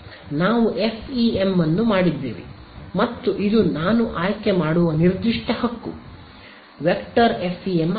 ನಾವು ಎಫ್ಇಎಂ ಮಾಡಿದ್ದೇವೆ ಮತ್ತು ಇದು ನಾನು ಆಯ್ಕೆಮಾಡುವ ನಿರ್ದಿಷ್ಟ ಹಕ್ಕು ವೆಕ್ಟರ್ ಎಫ್ಇಎಂ ಆಗಿದೆ